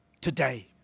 today